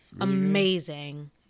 amazing